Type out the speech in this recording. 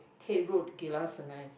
Haig-Road Geylang-Serai